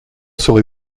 serez